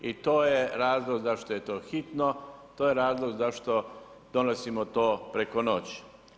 I to je razlog zašto je to hitno, to je razlog zašto donosimo to preko noći.